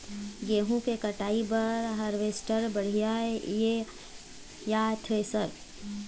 गेहूं के कटाई बर हारवेस्टर बढ़िया ये या थ्रेसर?